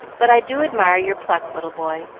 but i do admire your pluck, little boy,